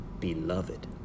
beloved